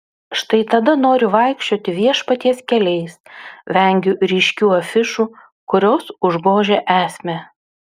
štai tada noriu vaikščioti viešpaties keliais vengiu ryškių afišų kurios užgožia esmę